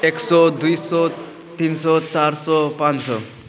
एक सौ दुई सौ तिन सौ चार सौ पाँच सौ